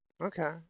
okay